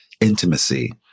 intimacy